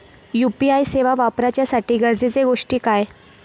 UPI सेवा वापराच्यासाठी गरजेचे गोष्टी काय?